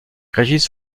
régis